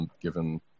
given